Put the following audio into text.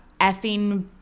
effing